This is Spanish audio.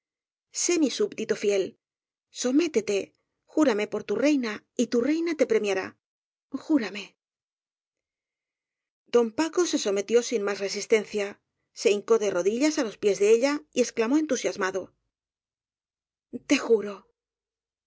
mi súbdito fiel sométete júrame por tu reina y tu reina te premiará júrame don paco se sometió sin más resistencia se hin có de rodillas á los pies de ella y exclamó entu siasmado te juro